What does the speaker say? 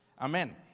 Amen